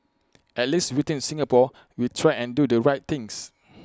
at least within Singapore we try and do the right things